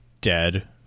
dead